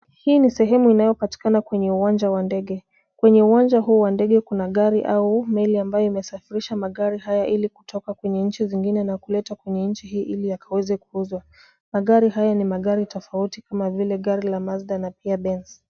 Hii ni sehemu inayopatikana kwenye uwanja wa ndege. Kwenye uwanja huu wa ndege kuna gari au meli ambayo imesafirisha magari haya ili kutoka kwenye nchi zingine na kuleta kwenye nchi hii ili yakaweze kuuzwa. Magari haya ni magari tofauti kama vile gari la Mazda na pia Benz.